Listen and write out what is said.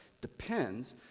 depends